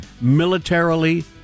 militarily